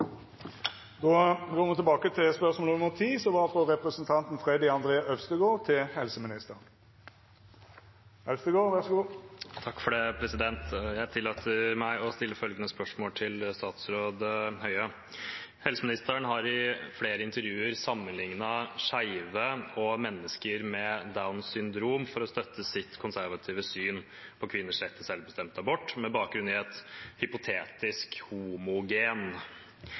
tilbake til spørsmål 10. Jeg tillater meg å stille følgende spørsmål til statsråd Bent Høie: «Statsministeren har åpnet for å svekke abortloven. Helseministeren har i flere intervjuer sammenlignet skeive og mennesker med Downs syndrom for å støtte sitt konservative syn på kvinners rett til selvbestemt abort, med bakgrunn i et hypotetisk